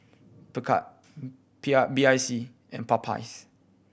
Picard P I B I C and Popeyes